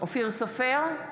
אופיר סופר,